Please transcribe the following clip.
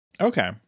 Okay